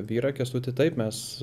vyrą kęstutį taip mes